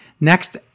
Next